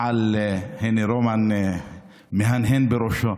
הינה, רומן מהנהן בראשו,